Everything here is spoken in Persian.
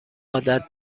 عادت